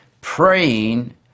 praying